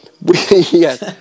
Yes